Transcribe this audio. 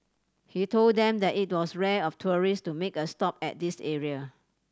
he told them that it was rare of tourist to make a stop at this area